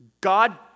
God